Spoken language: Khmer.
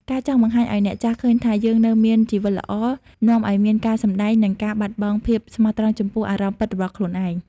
ការចង់បង្ហាញឱ្យអ្នកចាស់ឃើញថា "យើងនៅមានជីវិតល្អ" នាំឱ្យមានការសម្តែង និងការបាត់បង់ភាពស្មោះត្រង់ចំពោះអារម្មណ៍ពិតរបស់ខ្លួនឯង។